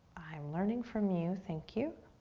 i'm learning from you, thank you.